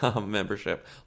membership